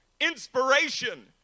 inspiration